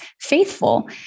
faithful